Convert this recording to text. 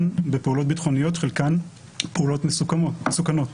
בפעולות ביטחוניות שחלקן פעולות מסוכנות.